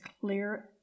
clear